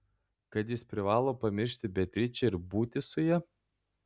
kad jis privalo pamiršti beatričę ir būti su ja